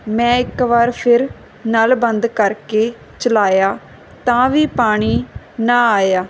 ਮੈਂ ਇੱਕ ਵਾਰ ਫਿਰ ਨਲ ਬੰਦ ਕਰਕੇ ਚਲਾਇਆ ਤਾਂ ਵੀ ਪਾਣੀ ਨਾ ਆਇਆ